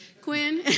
Quinn